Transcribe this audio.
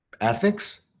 Ethics